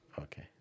okay